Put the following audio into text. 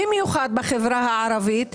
במיוחד בחברה הערבית,